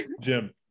Jim